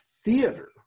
theater